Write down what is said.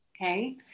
Okay